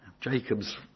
Jacob's